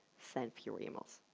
send fewer emails.